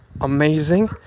amazing